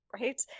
right